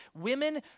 women